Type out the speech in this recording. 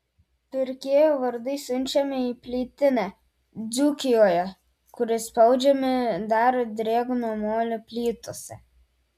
pirkėjų vardai siunčiami į plytinę dzūkijoje kur įspaudžiami dar drėgno molio plytose